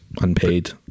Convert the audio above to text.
unpaid